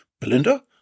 Belinda